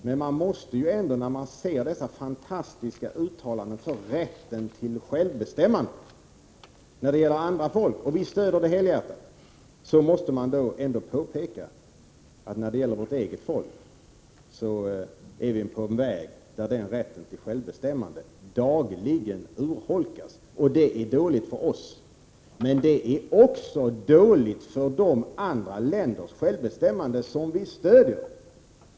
Men när man ser dessa fantastiska uttalanden för rätten till självbestämmande när det gäller andra folk — och vi stöder den rätten helhjärtat — så måste man ändå påpeka att i fråga om vårt eget land är vi inne på en väg där rätten till självbestämmande dagligen urholkas. Det är dåligt för oss, men det är också dåligt för andra länders självbestämmande som vi stöder.